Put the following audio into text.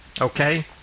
okay